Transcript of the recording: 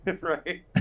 right